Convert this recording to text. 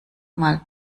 mal